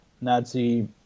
nazi